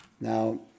now